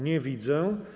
Nie widzę.